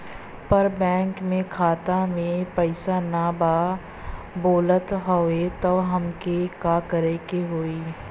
पर बैंक मे खाता मे पयीसा ना बा बोलत हउँव तब हमके का करे के होहीं?